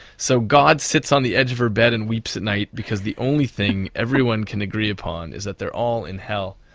so god sits on the edge of her bed and weeps at night because the only thing everyone can agree upon is that they are all in hell.